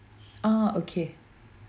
ah okay